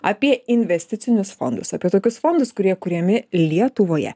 apie investicinius fondus apie tokius fondus kurie kuriami lietuvoje